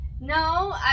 no